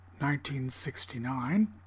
1969